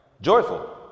Joyful